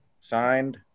signed